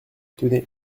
tenez